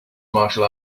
martial